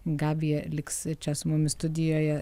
gabija liks čia su mumis studijoje